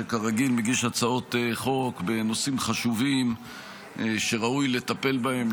שכרגיל מגיש הצעות חוק בנושאים חשובים שראוי לטפל בהם.